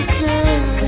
good